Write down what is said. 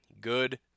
Good